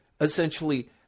essentially